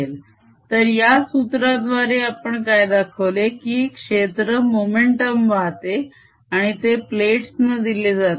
momentumtime0σddKdt तर या सूत्राद्वारे आपण काय दाखवले की क्षेत्र मोमेंटम वाहते आणि ते प्लेट्स ना दिले जाते